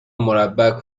مربع